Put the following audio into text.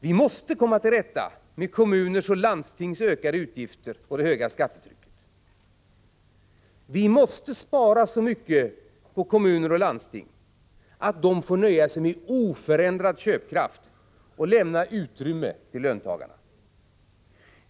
Vi måste komma till rätta med kommuners och landstings ökade utgifter och det höga skattetrycket. Vi måste spara så mycket på kommuner och landsting att de får nöja sig med oförändrad köpkraft och lämna utrymme till löntagarna.